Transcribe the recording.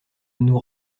nous